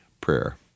prayer